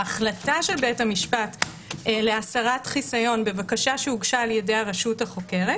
ההחלטה של בית המשפט להסרת חיסיון בבקשה שהוגשה על ידי הרשות החוקרת